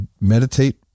meditate